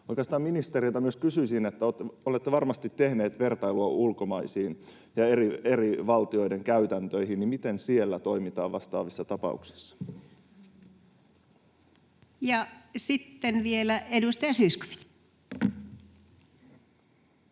Oikeastaan ministeriltä myös kysyisin: kun olette varmasti tehnyt vertailua ulkomaisiin ja eri valtioiden käytäntöihin, miten siellä toimitaan vastaavissa tapauksissa? Ja sitten vielä edustaja Zyskowicz.